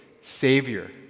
savior